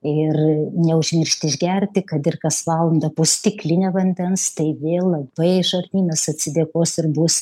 ir neužmiršti išgerti kad ir kas valandą po stiklinę vandens tai vėl labai žarnynas atsidėkos ir bus